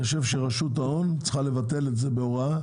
אני חושב שרשות ההון צריכה לבטל בהוראה